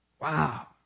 Wow